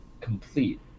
complete